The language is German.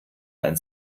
ein